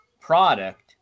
product